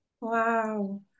wow